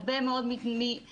הרבה מאוד מהסיכונים,